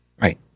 Right